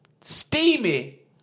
steamy